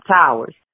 Towers